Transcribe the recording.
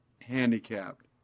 handicapped